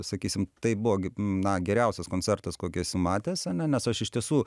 sakysim tai buvo e na geriausias koncertas kokį esu matęs ane nes aš iš tiesų